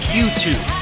YouTube